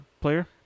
player